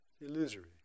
Illusory